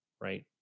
right